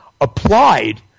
applied